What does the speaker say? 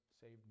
saved